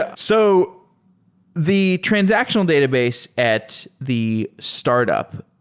ah so the transactional database at the startup,